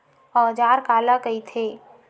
औजार काला कइथे?